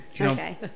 okay